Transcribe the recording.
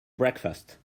breakfast